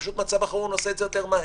פשוט מצב החירום עושה את זה יותר מהר.